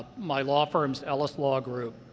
my law firm is ellis law group,